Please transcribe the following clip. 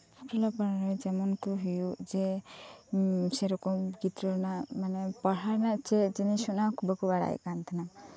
ᱴᱚᱞᱟ ᱯᱟᱲᱟ ᱨᱮᱱ ᱡᱮᱢᱚᱱ ᱠᱚ ᱦᱩᱭᱩᱜ ᱡᱮ ᱥᱮ ᱨᱚᱠᱚᱢ ᱜᱤᱫᱽᱨᱟᱹ ᱯᱟᱲᱦᱟᱣ ᱨᱮᱱᱟᱜ ᱪᱮᱫ ᱡᱤᱱᱤᱥ ᱚᱱᱟ ᱵᱟᱠᱚ ᱵᱟᱲᱟᱭ ᱠᱟᱱ ᱛᱟᱸᱦᱮᱱᱟ